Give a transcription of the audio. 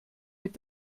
mit